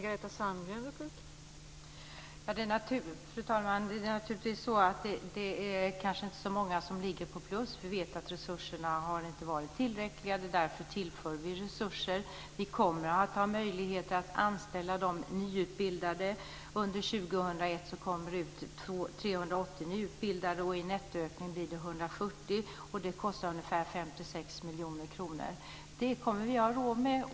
Fru talman! Det är nog inte så många som ligger på plus. Vi vet att resurserna inte har varit tillräckliga. Därför tillför vi resurser. Vi kommer att ha möjlighet att anställa de nyutbildade. Under 2001 kommer det ut 380 nyutbildade. I nettoökning blir det 140, och det kostar ungefär 56 miljoner kronor. Det kommer vi att ha råd med.